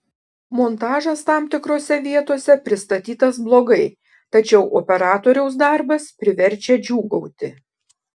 montažas tam tikrose vietose pristatytas blogai tačiau operatoriaus darbas priverčia džiūgauti